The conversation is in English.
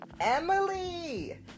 Emily